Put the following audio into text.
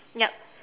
yup